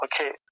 Okay